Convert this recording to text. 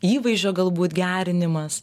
įvaizdžio galbūt gerinimas